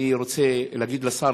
אני רוצה להגיד לשר,